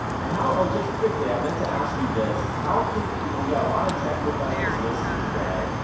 and how, oh just quickly, i meant to ask you this. how can people, we've got a lot of tech professionals listening today.